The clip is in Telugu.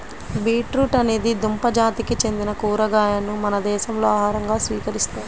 బీట్రూట్ అనేది దుంప జాతికి చెందిన కూరగాయను మన దేశంలో ఆహారంగా స్వీకరిస్తారు